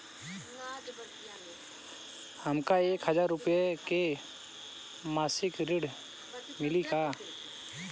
हमका एक हज़ार रूपया के मासिक ऋण मिली का?